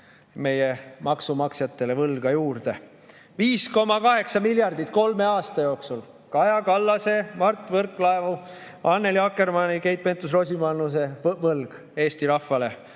meie maksumaksjatele võlga juurde. 5,8 miljardit kolme aasta jooksul! Kaja Kallase, Mart Võrklaeva, Annely Akkermanni, Keit Pentus-Rosimannuse võlg jäetakse Eesti rahvale,